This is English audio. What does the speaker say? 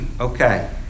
Okay